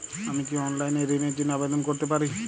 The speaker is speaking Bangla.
আমি কি অনলাইন এ ঋণ র জন্য আবেদন করতে পারি?